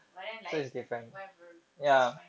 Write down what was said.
but then like whatever that's fine